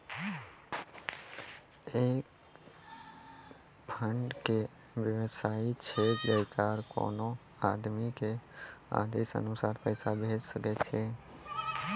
ई एक फंड के वयवस्था छै जैकरा कोनो आदमी के आदेशानुसार पैसा भेजै सकै छौ छै?